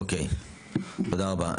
אוקיי, תודה רבה.